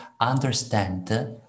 understand